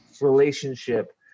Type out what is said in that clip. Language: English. relationship